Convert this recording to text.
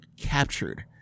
captured